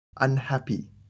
unhappy